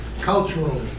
Cultural